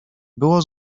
było